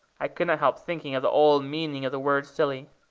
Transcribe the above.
i could not help thinking of the old meaning of the word silly.